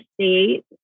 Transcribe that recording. state